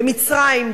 במצרים,